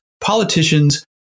politicians